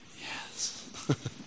Yes